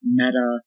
meta